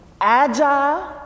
agile